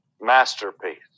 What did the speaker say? masterpiece